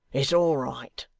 it's all right.